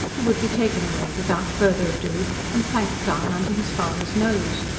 he would be taken away without further ado and planked down under his father's nose.